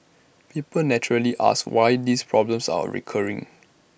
people naturally ask why these problems are recurring